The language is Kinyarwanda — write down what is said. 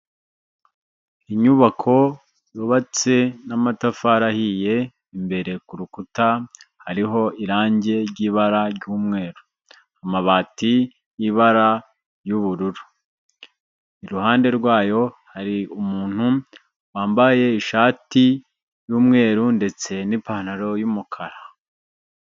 Inyubako yubatse n'amatafari ahiye, imbere ku rukuta hariho irange ry'ibara ry'umweru, amabati y'ibara ry'ubururu, iruhande rwayo hari umuntu wambaye ishati y'umweru ndetse n'ipantaro y'umukara.